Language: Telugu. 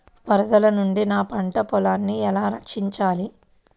వరదల నుండి నా పంట పొలాలని ఎలా రక్షించాలి?